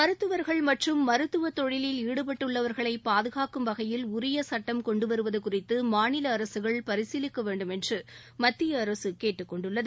மருத்துவர்கள் மற்றும் மருத்துவ தொழிலில் ஈடுபட்டுள்ளவர்களை பாதுகாக்கும் வகையில் உரிய சுட்டம் கொண்டுவருவது குறித்து மாநில அரசுகள் பரிசீலிக்க வேண்டும் என்று மத்திய அரசு கேட்டுக் கொண்டுள்ளது